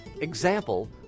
example